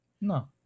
No